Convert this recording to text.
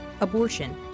abortion